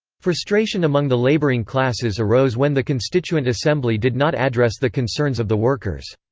frustration among the laboring classes arose when the constituent assembly did not address the concerns of the workers.